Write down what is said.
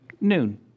Noon